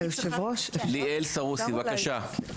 בבקשה.